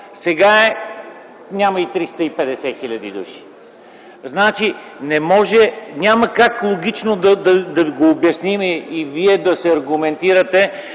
сега няма и 350 хил. души. Няма как логично да ви го обясним и Вие да се аргументирате,